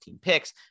picks